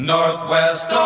Northwest